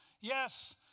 Yes